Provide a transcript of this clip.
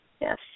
yes